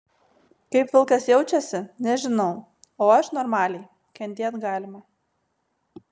kaip vilkas jaučiasi nežinau o aš normaliai kentėt galima